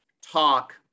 talk